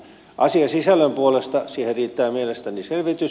asiasisällön puolesta siihen riittää mielestäni selvitys